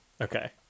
Okay